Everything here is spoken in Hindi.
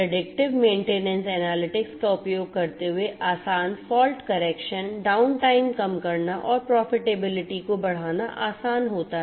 प्रेडिक्टिव मेन्टेनेन्स एनालिटिक्स का उपयोग करते हुए आसान फॉल्ट करेक्शन डाउनटाइम कम करना और प्रॉफिटेबिलिटी को बढ़ाना आसान होता है